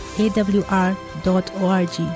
awr.org